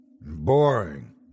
Boring